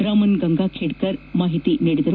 ರಾಮನ್ ಗಂಗಾ ಖೇಡ್ಕರ್ ಮಾಹಿತಿ ನೀಡಿದರು